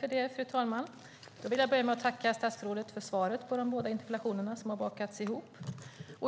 Fru talman! Jag vill börja med att tacka statsrådet för svaret på de båda interpellationerna, som har bakats ihop.